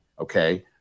okay